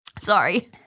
Sorry